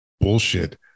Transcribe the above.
bullshit